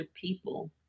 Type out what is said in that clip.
people